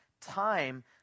time